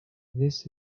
this